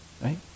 right